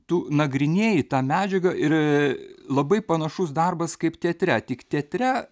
tu nagrinėji tą medžiagą ir labai panašus darbas kaip teatre tik teatre